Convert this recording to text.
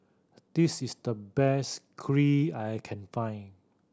this is the best Kheer I can find